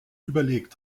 überlegt